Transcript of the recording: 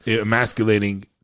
emasculating